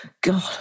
god